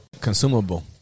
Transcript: Consumable